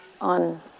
on